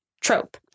trope